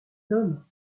hommes